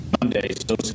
Monday